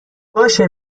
باشه